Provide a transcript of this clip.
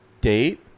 date